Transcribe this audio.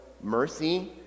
mercy